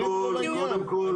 קודם כל,